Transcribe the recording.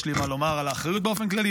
יש לי מה לומר על האחריות באופן כללי,